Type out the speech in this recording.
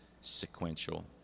sequential